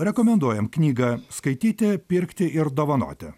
rekomenduojam knygą skaityti pirkti ir dovanoti